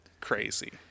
crazy